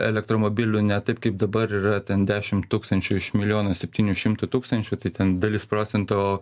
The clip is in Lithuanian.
elektromobilių ne taip kaip dabar yra ten dešimt tūkstančių iš milijono septynių šimtų tūkstančių tai ten dalis procento